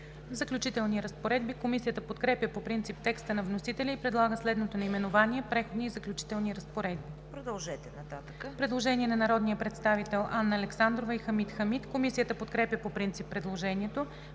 „Заключителни разпоредби“. Комисията подкрепя по принцип текста на вносителя и предлага следното наименование: „Преходни и заключителни разпоредби“. Има предложение на народните представители Анна Александрова и Хамид Хамид. Комисията подкрепя по принцип предложението.